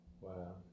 Wow